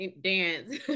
dance